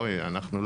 לא